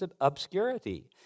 obscurity